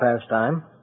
pastime